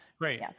Great